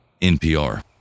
NPR